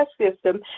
system